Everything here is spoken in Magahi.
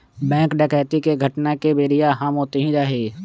बैंक डकैती के घटना के बेरिया हम ओतही रही